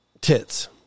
tits